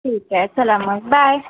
ठीक आहे चला मग बाय